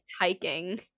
hiking